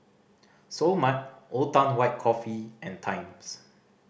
Seoul Mart Old Town White Coffee and Times